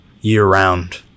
year-round